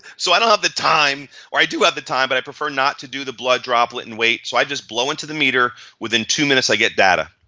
so i don't have the time, i do have the time but i prefer not to do the blood droplet and wait so i just blow into the meter, within two minutes i get data.